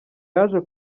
yaje